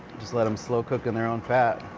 just let them slow cook in their own fat.